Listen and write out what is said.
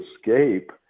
escape